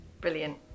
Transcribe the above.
brilliant